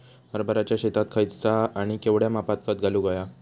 हरभराच्या शेतात खयचा आणि केवढया मापात खत घालुक व्हया?